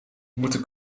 moeten